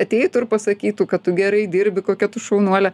ateitų ir pasakytų kad tu gerai dirbi kokia tu šaunuolė